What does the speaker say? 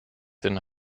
den